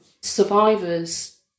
survivors